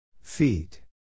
Feet